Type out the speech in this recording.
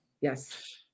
yes